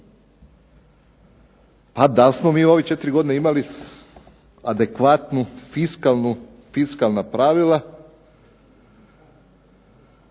A da li smo mi u ovih 4 godine imali adekvatna fiskalna pravila